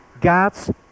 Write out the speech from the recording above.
God's